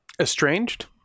Estranged